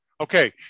okay